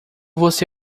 você